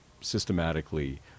systematically